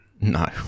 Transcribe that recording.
No